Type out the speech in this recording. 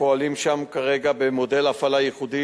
פועלים שם כרגע במודל הפעלה ייחודי